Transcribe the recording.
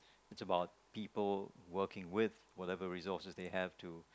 it's about people working with whatever resources they have to